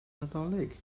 nadolig